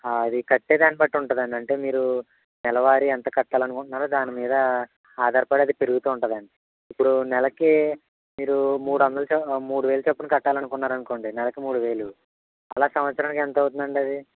అది కట్టే దాని బట్టి ఉంటుంది అండి అంటే మీరు నెలవారీ ఎంత కట్టాలని అనుకుంటున్నారో దానిమీద ఆధారపడి అది పెరుగుతూ ఉంటుంది అండి ఇప్పుడు నెలకి మీరు మూడు వందలు చొ మూడువేలు చొప్పున కట్టాలనుకున్నారనుకోండి నెలకు మూడువేలు అలా సంవత్సరానికి ఎంత అవుతుందండి అది